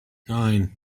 nine